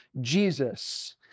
Jesus